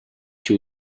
two